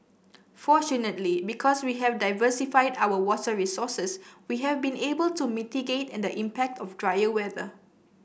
fortunately because we have diversified our water resources we have been able to mitigate and the impact of drier weather